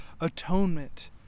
atonement